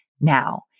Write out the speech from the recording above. now